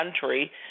country